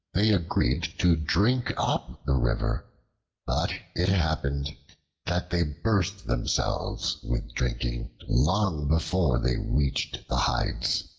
they agreed to drink up the river, but it happened that they burst themselves with drinking long before they reached the hides.